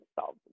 solve